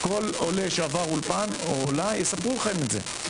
כל עולה או עולה שעבר אולפן יספרו לכם את זה.